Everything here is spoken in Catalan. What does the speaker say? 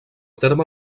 terme